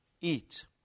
eat